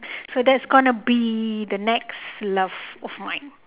so that's gonna be the next love of mine